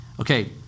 Okay